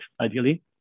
ideally